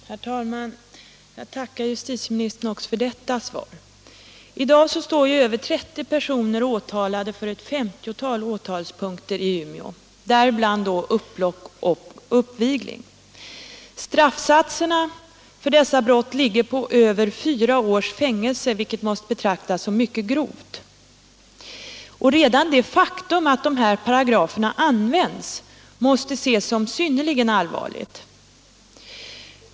Herr talman! Jag tackar justitieministern också för detta svar. I dag står över 30 personer åtalade i ett 50-tal punkter, däribland upplopp och uppvigling, i Umeå. Straffsatserna för dessa brott ligger på över fyra års fängelse, vilket måste betraktas som mycket strängt. Redan det faktum att den här lagparagrafen används måste ses som synnerligen allvarligt.